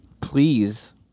Please